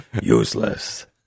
useless